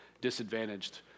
disadvantaged